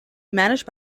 managed